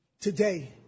Today